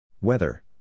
Weather